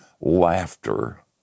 laughter